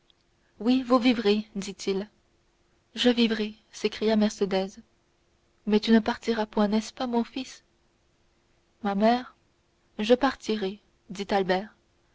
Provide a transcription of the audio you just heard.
oui vous vivrez dit-il je vivrai s'écria mercédès mais tu ne partiras point n'est-ce pas mon fils ma mère je partirai dit albert